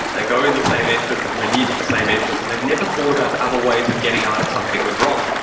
they go in the same entrance, and they leave at the same entrance and they've never thought about other ways of getting out if something went wrong